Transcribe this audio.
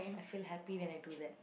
I feel happy when I do that